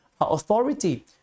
authority